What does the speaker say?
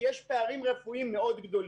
כי יש פערים רפואיים מאוד גדולים.